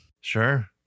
Sure